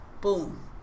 Boom